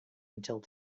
until